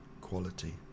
quality